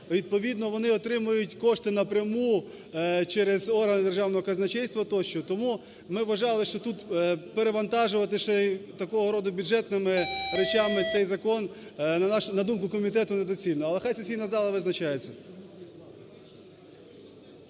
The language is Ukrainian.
відповідно вони отримають кошти напряму через органи державного казначейства тощо. Тому ми вважали, що тут перевантажувати ще такого роду бюджетними речами цей закон, на думку комітету, недоцільно. Але хай сесійна зала визначається.